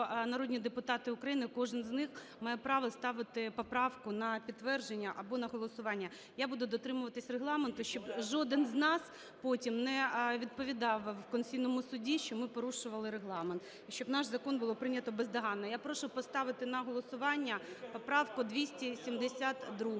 народні депутати України, кожен з них, має право ставити поправку на підтвердження або на голосування. Я буду дотримуватися Регламенту, щоб жоден з нас потім не відповідав в Конституційному Суді, що ми порушували Регламент і щоб наш закон було прийнято бездоганно. Я прошу поставити на голосування поправку 272.